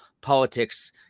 politics